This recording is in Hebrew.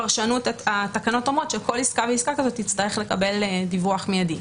פרשנות התקנות אומרות שכל עסקה ועסקה כזאת תצטרך לקבל דיווח מידי.